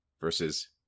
versus